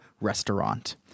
restaurant